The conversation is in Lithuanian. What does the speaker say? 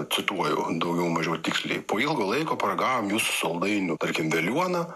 cituoju daugiau mažiau tiksliai po ilgo laiko paragavom jūsų saldainių tarkim veliuoną